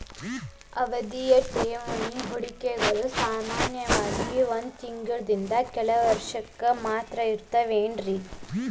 ಅವಧಿಯ ಠೇವಣಿ ಹೂಡಿಕೆಗಳು ಸಾಮಾನ್ಯವಾಗಿ ಒಂದ್ ತಿಂಗಳಿಂದ ಕೆಲ ವರ್ಷಕ್ಕ ಅಲ್ಪಾವಧಿಯ ಮುಕ್ತಾಯ ಇರ್ತಾವ